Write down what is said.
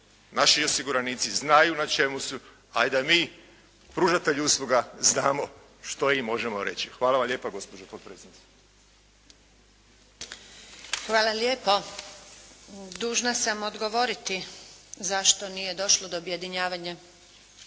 naši osiguranici znaju na čemu su, a i da mi pružatelji usluga znamo što im možemo reći. Hvala vam lijepa gospođo potpredsjednice. **Antunović, Željka (SDP)** Hvala lijepo. Dužna sam odgovoriti zašto nije došlo do objedinjavanja